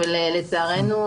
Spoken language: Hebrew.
אבל לצערנו,